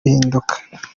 bihinduka